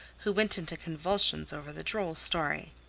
who went into convulsions over the droll story.